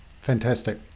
fantastic